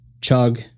chug